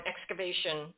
excavation